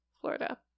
Florida